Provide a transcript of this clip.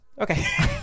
Okay